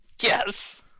yes